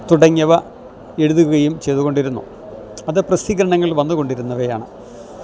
തുടങ്ങിയവ എഴുതുകയും ചെയ്തുകൊണ്ടിരുന്നു അത് പ്രസിദ്ധീകരണങ്ങളില് വന്നുകൊണ്ടിരുന്നവയാണ്